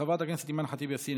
חברת הכנסת אימאן ח'טיב יאסין,